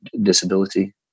disability